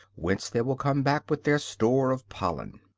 whence they will come back with their store of pollen.